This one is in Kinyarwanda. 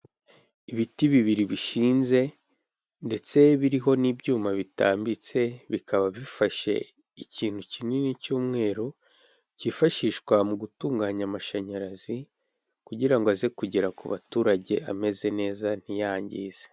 Ibiti bibiri bishinze ndetse biriho n'ibyuma bitambitse, bikaba bifashe ikintu kinini cy'umweru cyifashishwa mu gutunganya amashanyarazi kugira ngo aze kugera ku baturage ameze neza ntiyangize.